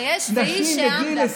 שיש והיא שעמדה.